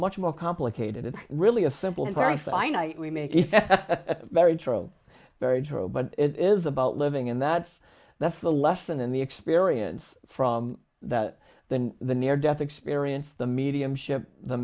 much more complicated it's really a simple inquiry finite we make it very true very true but it is about living and that's that's the lesson in the experience from that then the near death experience the mediumship the